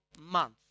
month